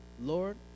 Lord